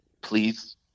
please